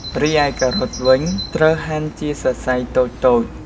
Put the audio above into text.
រីឯការ៉ុតវិញ ត្រូវហាន់ជាសរសៃតូចៗ។